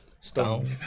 Stone